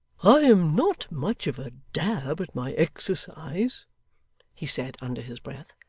i am not much of a dab at my exercise he said under his breath,